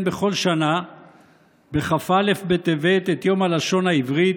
בכל שנה בכ"א בטבת את יום הלשון העברית,